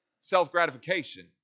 self-gratification